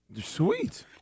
Sweet